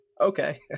Okay